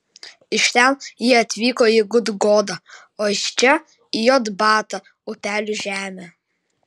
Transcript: iš ten jie atvyko į gudgodą o iš čia į jotbatą upelių žemę